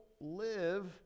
live